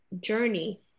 journey